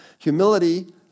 Humility